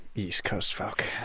east coast folk.